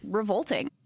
revolting